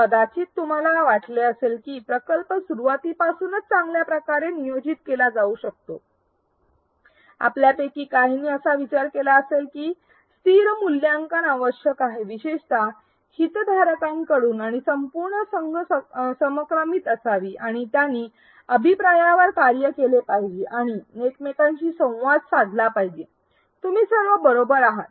कदाचित तुम्हाला वाटले असेल की प्रकल्प सुरुवातीपासूनच चांगल्या प्रकारे नियोजित केला जाऊ शकतो आपल्यापैकी काहींनी असा विचार केला असेल की स्थिर मूल्यांकन आवश्यक आहे विशेषत हितधारकांकडून आणि संपूर्ण संघ समक्रमित असावी आणि त्यानी अभिप्रायांवर कार्य केले पाहिजे आणि एकमेकांशी संवाद साधला पाहिजे तुम्ही सर्व बरोबर आहात